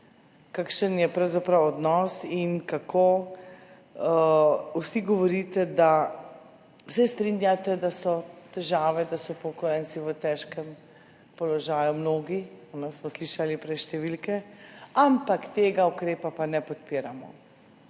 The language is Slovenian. kakšen je pravzaprav odnos in kako vsi govorite, da se strinjate, da so težave, da so mnogi upokojenci v težkem položaju, prej smo slišali številke, ampak tega ukrepa pa ne podpiramo,